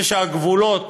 זה שהגבולות,